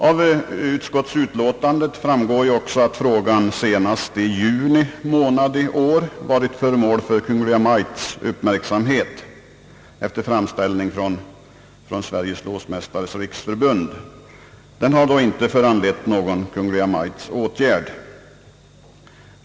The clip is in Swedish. Av utskottets utlåtande framgår ju också att frågan senast i juni månad i år varit föremål för Kungl. Maj:ts uppmärksamhet efter framställning från Sveriges låssmeders riksförbund. Denna har inte föranlett någon Kungl. Maj:ts åtgärd.